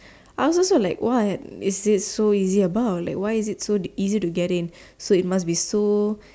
I was also like what is it so easy about why is it so easy to get in so it must be so